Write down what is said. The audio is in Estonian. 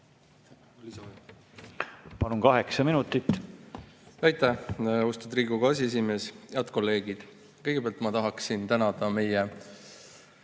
Palun, kaheksa minutit!